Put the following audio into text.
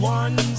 one